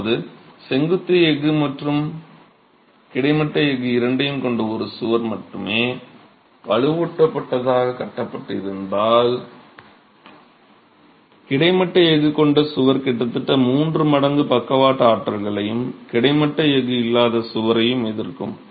அதாவது செங்குத்து எஃகு மற்றும் கிடைமட்ட எஃகு இரண்டையும் கொண்ட ஒரு சுவர் மட்டுமே வலுவூட்டப்பட்டதாக கட்டப்பட்டிருந்தால் கிடைமட்ட எஃகு கொண்ட சுவர் கிட்டத்தட்ட மூன்று மடங்கு பக்கவாட்டு ஆற்றல்களையும் கிடைமட்ட எஃகு இல்லாத சுவரையும் எதிர்க்கும்